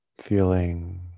feeling